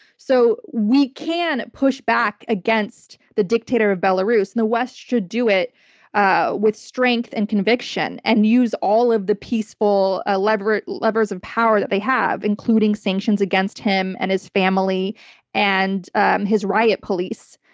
so we can push back against the dictator of belarus and the west should do it ah with strength and conviction and use all of the peaceful ah levers levers of power that they have, including sanctions against him and his family and um his riot police,